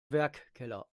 werkkeller